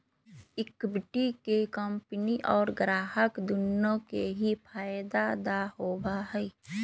equity के company और ग्राहक दुन्नो के ही फायद दा होबा हई